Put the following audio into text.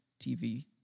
TV